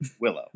Willow